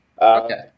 Okay